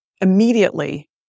immediately